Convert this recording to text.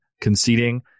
conceding